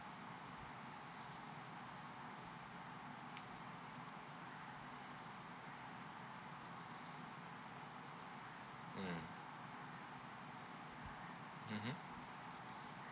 mm mmhmm